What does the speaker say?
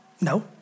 No